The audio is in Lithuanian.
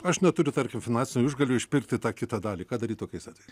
aš neturiu tarkim finansinių išgalių išpirkti tą kitą dalį ką daryt tokiais atvejais